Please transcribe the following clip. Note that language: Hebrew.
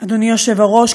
אדוני היושב-ראש,